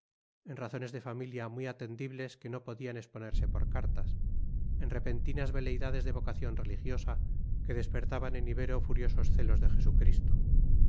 en razones de familia muy atendibles que no podían exponerse por cartas en repentinas veleidades de vocación religiosa que despertaban en ibero furiosos celos de jesucristo